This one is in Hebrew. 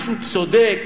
משהו צודק.